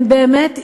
הם באמת,